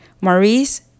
Maurice